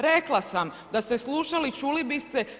Rekla sam, da ste slušali, čuli biste.